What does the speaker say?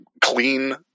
clean